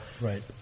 right